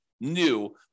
new